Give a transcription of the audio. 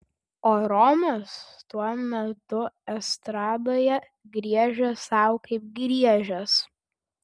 o romas tuo metu estradoje griežė sau kaip griežęs